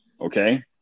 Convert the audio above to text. okay